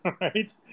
right